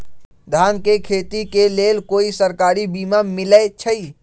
धान के खेती के लेल कोइ सरकारी बीमा मलैछई?